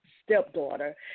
stepdaughter